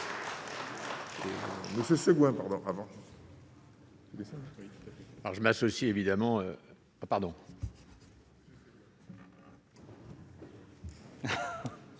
je m'associe évidemment